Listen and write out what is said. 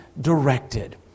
directed